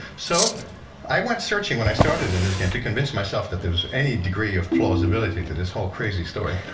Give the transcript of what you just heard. so i went searching when i started in this game to convince myself that there was any degree of plausibility to this whole crazy story.